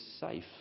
safe